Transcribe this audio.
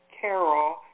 Carol